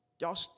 Y'all